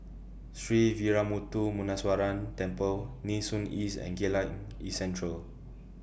Sree Veeramuthu Muneeswaran Temple Nee Soon East and Geylang East Central